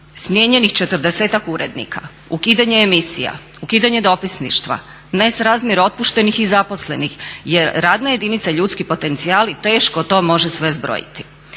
Smijenjenih četrdesetak urednika, ukidanje emisija, ukidanje dopisništva, nesrazmjer otpuštenih i zaposlenih. Jer radna jedinica ljudski potencijali teško to može sve zbrojiti.